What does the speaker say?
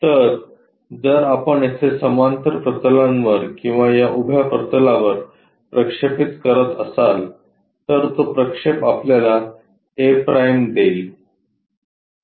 तर जर आपण येथे समांतर प्रतलांवर किंवा या उभ्या प्रतलावर प्रक्षेपित करत असाल तर तो प्रक्षेप आपल्याला a' देईल